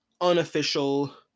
unofficial